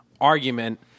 argument